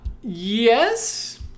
yes